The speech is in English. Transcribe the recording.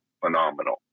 phenomenal